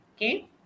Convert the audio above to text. okay